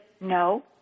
no